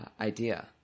idea